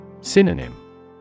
Synonym